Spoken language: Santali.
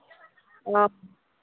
ᱚ